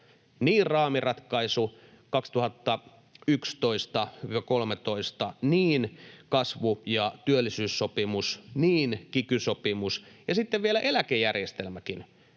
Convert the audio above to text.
niin raamiratkaisu 2011—2013, niin kasvu- ja työllisyyssopimus, niin kiky-sopimus kuin vielä eläkejärjestelmäkin,